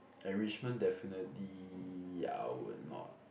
enrichment definitely I will not